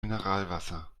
mineralwasser